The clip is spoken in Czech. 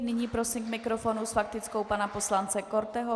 Nyní prosím k mikrofonu s faktickou pana poslance Korteho.